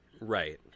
Right